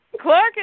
Clark